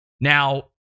Now